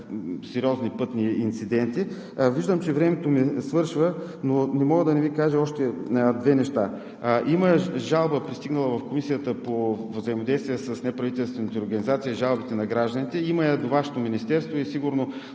сериозни пътни инциденти. Виждам, че времето ми свършва, но не мога да не Ви кажа още две неща. Има жалба, пристигнала в Комисията по взаимодействие с неправителствените организации и жалбите на гражданите – има я и до Вашето Министерство на